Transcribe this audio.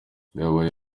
byabaye